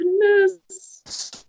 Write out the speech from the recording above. goodness